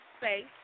space